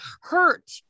hurt